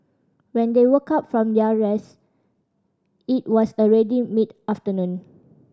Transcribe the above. when they woke up from their rest it was already mid afternoon